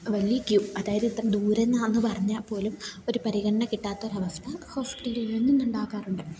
വലിയ ക്യൂ അതായത് ഇത്ര ദൂരേന്നാണെന്നു പറഞ്ഞാൽ പോലും ഒരു പരിഗണന കിട്ടാത്തൊരവസ്ഥ ഹോസ്പിറ്റലിൽ നിന്ന് ഉണ്ടാക്കാറുണ്ട്